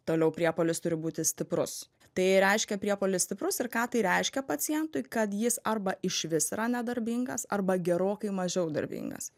toliau priepuolis turi būti stiprus tai reiškia priepuolis stiprus ir ką tai reiškia pacientui kad jis arba išvis yra nedarbingas arba gerokai mažiau darbingas